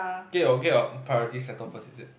get your get your priorities settled first is it